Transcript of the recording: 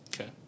okay